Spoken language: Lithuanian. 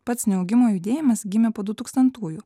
pats neaugimo judėjimas gimė po du tūkstantųjų